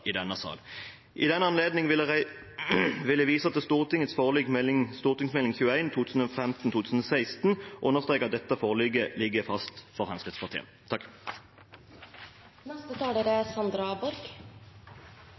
i denne sal. I den anledning vil jeg vise til Stortingets forlik i forbindelse med Meld. St. 21 for 2015–2016 og understreke at dette forliket ligger fast for Fremskrittspartiet.